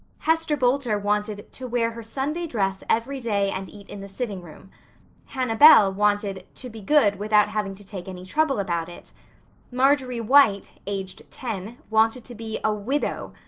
hester boulter wanted to wear her sunday dress every day and eat in the sitting room hannah bell wanted to be good without having to take any trouble about it marjory white, aged ten, wanted to be a widow.